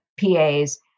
PAs